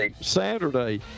Saturday